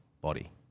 body